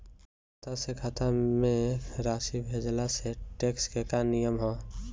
खाता से खाता में राशि भेजला से टेक्स के का नियम ह?